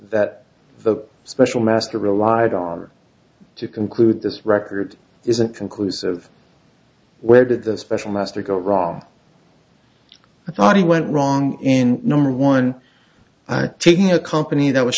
that the special master relied on to conclude this record isn't conclusive where did the special master go wrong i thought he went wrong in number one taking a company that was